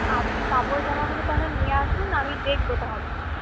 আপনি কাপড় জামাগুলো তাহলে নিয়ে আসুন আমি দেখবো তাহলে